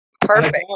Perfect